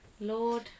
Lord